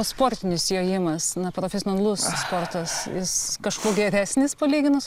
sportinis jojimas na profesionalus sportas jis kažkuo geresnis palyginus